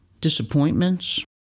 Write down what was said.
Disappointments